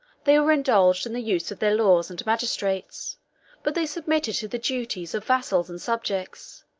they were indulged in the use of their laws and magistrates but they submitted to the duties of vassals and subjects